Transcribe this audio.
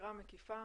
הסקירה המקיפה.